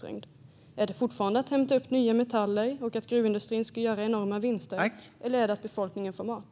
Är det fortfarande att hämta upp nya metaller och att gruvindustrin ska göra enorma vinster eller är det att befolkningen får mat?